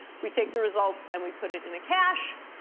we take the results, and we put it in a cache.